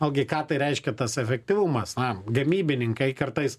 ogi ką tai reiškia tas efektyvumas na gamybininkai kartais